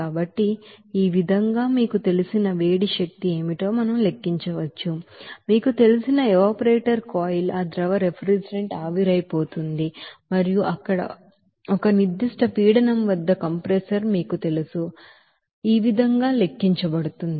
కాబట్టి ఈ విధంగా మీకు తెలిసిన వేడి శక్తి ఏమిటో మనం లెక్కించవచ్చు మీకు తెలిసిన ఎవాపరేటర్ కాయిల్ ఆ ద్రవ రిఫ్రిజిరెంట్ ఆవిరైపోతుంది మరియు అక్కడ ఒక నిర్దిష్ట ప్రెషర్ వద్ద కంప్రెసర్ మీకు తెలుసు అది ఈ విధంగా లెక్కించబడుతుంది